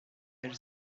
elle